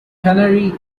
canary